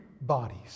bodies